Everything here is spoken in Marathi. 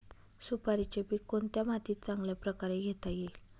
सुपारीचे पीक कोणत्या मातीत चांगल्या प्रकारे घेता येईल?